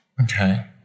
Okay